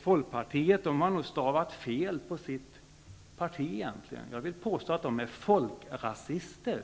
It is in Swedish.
Folkpartiet har nog egentligen stavat fel på sitt partinamn. Jag vill påstå att de är folkrasister.